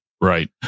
Right